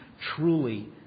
truly